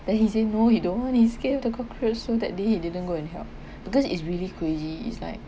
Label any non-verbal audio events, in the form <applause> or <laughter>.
then he say no he don't want he scare of the cockroach so that day he didn't go and help <breath> because it's really crazy it's like